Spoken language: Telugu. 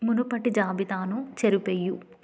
మునుపటి జాబితాను చెరిపెయ్యి